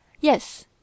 Yes